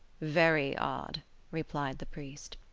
very odd replied the priest.